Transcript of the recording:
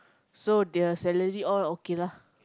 so their salary all okay lah